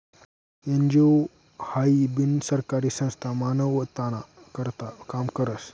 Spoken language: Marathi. एन.जी.ओ हाई बिनसरकारी संस्था मानवताना करता काम करस